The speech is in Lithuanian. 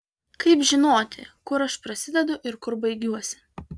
kaip žinoti kur aš prasidedu ir kur baigiuosi